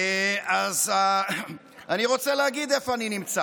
אז אני רוצה להגיד איפה אני נמצא: